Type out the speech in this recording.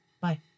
Bye